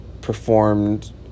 performed